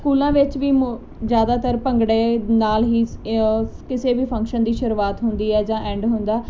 ਸਕੂਲਾਂ ਵਿੱਚ ਵੀ ਜਿਆਦਾਤਰ ਭੰਗੜੇ ਨਾਲ ਹੀ ਕਿਸੇ ਵੀ ਫੰਕਸ਼ਨ ਦੀ ਸ਼ੁਰੂਆਤ ਹੁੰਦੀ ਐ ਜਾਂ ਐਂਡ ਹੁੰਦਾ